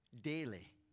daily